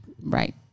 Right